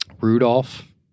Rudolph